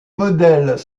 modèles